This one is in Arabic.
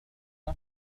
رفض